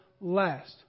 last